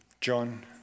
John